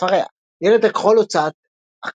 ספריה הילד הכחול, הוצאת עקד,